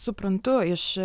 suprantu iš